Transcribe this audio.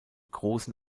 großen